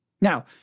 Now